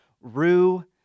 rue